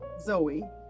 Zoe